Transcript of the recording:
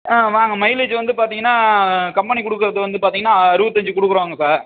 ஆ வாங்க மைலேஜு வந்து பார்த்திங்கன்னா கம்பெனி கொடுக்கறது வந்து பார்த்திங்கன்னா அறுபத்தஞ்சு கொடுக்குறோங்க சார்